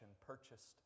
purchased